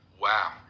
Wow